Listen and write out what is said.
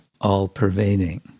all-pervading